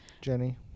Jenny